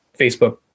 Facebook